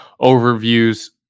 overviews